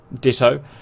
ditto